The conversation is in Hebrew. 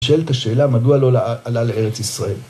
אני שואל את השאלה, מדוע לא עלה לארץ ישראל?